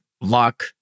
luck